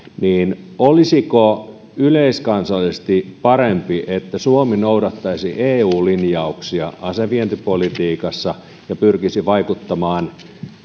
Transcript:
niin olisiko yleiskansallisesti parempi että suomi noudattaisi eu linjauksia asevientipolitiikassa ja pyrkisi vaikuttamaan